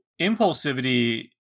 impulsivity